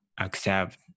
accept